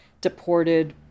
deported